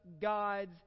God's